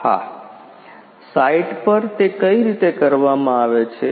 હા સાઈટ પર તે કઈ રીતે કરવામાં આવે છે